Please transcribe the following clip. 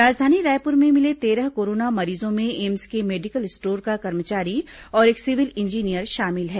राजधानी रायपुर में मिले तेरह कोरोना मरीजों में एम्स के मेडिकल स्टोर का कर्मचारी और एक सिविल इंजीनियर शामिल है